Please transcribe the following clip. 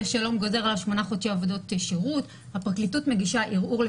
אומר ממ"ז צפון לכל עם ישראל,